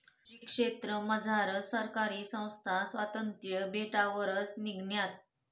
कृषी क्षेत्रमझार सहकारी संस्था स्वातंत्र्य भेटावरच निंघण्यात